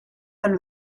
von